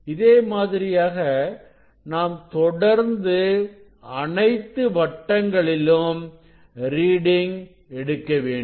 இதே மாதிரியாக நாம் தொடர்ந்து அனைத்து வட்டங்களிலும் ரீடிங் எடுக்க வேண்டும்